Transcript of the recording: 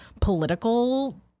political